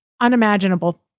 unimaginable